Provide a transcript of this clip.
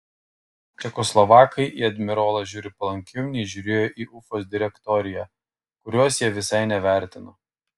čekoslovakai į admirolą žiūri palankiau nei žiūrėjo į ufos direktoriją kurios jie visai nevertino